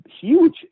huge